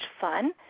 fun